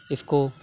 اِس کو